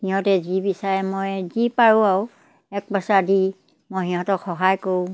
সিহঁতে যি বিচাৰে মই যি পাৰোঁ আৰু এক পইছা দি মই সিহঁতক সহায় কৰোঁ